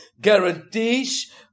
guarantees